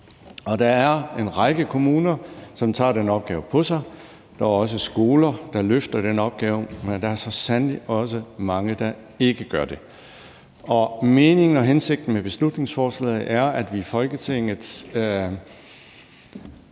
Der er en række kommuner, som tager den opgave på sig. Der er også skoler, der løfter den opgave, men der er så sandelig også mange, der ikke gør det. Meningen og hensigten med beslutningsforslaget er, at vi i Folketinget